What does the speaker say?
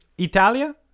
Italia